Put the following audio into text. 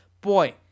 boy